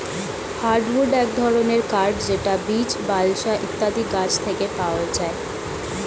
hardwood এক ধরনের কাঠ যেটা বীচ, বালসা ইত্যাদি গাছ থেকে পাওয়া যায়